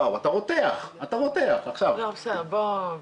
לא זוכה בהנחה.